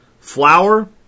Flour